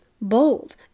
bold